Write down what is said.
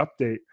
update